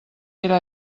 era